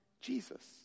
Jesus